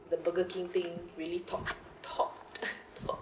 the burger king thing really top top top